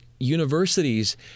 universities